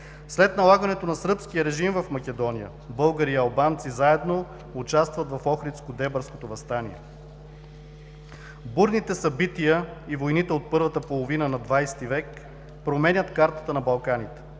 След налагането на сръбския режим в Македония, българи и албанци заедно участват в Охридско-Дебърското въстание. Бурните събития и войните от първата половина на ХХ век променят картата на Балканите.